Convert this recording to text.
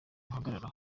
uhagararira